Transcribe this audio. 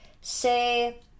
say